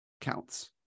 counts